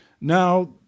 Now